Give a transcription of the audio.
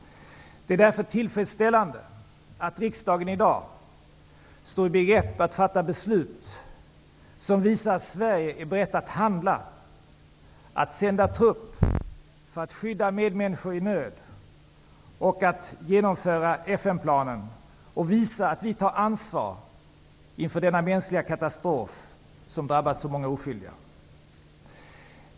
Det är därför tillfredsställande att riksdagen i dag står i begrepp att fatta det beslut som visar att Sverige är berett att handla, att sända trupp för att skydda medmänniskor i nöd och att genomföra FN-planen. Därigenom visar vi i Sverige att vi tar ansvar inför denna mänskliga katastrof som drabbat så många oskyldiga.